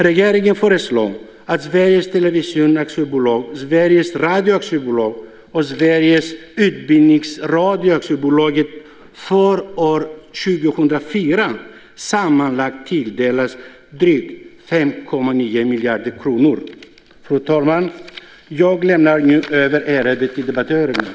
Regeringen föreslår att Sveriges Television AB, Sveriges Radio AB och Sveriges Utbildningsradio AB för år 2004 sammanlagt tilldelas drygt 5,9 miljarder kronor. Fru talman! Jag lämnar nu över ärendet till debattörerna.